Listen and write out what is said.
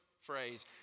phrase